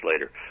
later